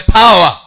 power